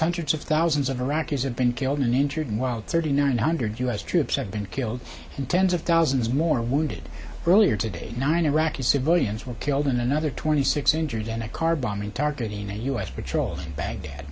hundreds of thousands of iraqis have been killed and injured while thirty nine hundred u s troops have been killed and tens of thousands more wounded earlier today nine iraqi civilians were killed and another twenty six injured in a car bombing targeting a u s patrol in baghdad